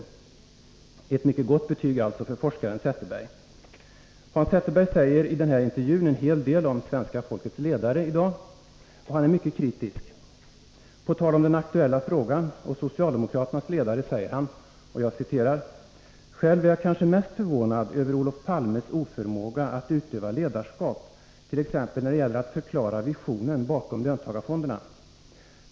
Det är alltså ett mycket gott betyg för forskaren Zetterberg. Hans Zetterberg säger i den här intervjun en hel del om svenska folkets ledare i dag. Och han är mycket kritisk. På tal om den nu aktuella frågan och socialdemokraternas ledare, säger han: Själv är jag kanske mest förvånad över Olof Palmes oförmåga att utöva ledarskap t.ex. när det gäller att förklara visionen bakom löntagarfonderna.